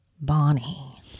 Bonnie